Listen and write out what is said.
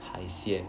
海鲜